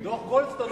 דוח-גולדסטון,